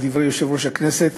בדברי יושב-ראש הכנסת,